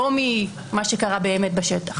לא באמת ממה שקרה בשטח.